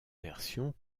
versions